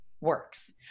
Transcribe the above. works